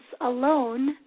alone